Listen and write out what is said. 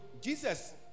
Jesus